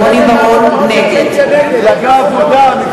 רוני בר-און, נגד מפלגה אבודה.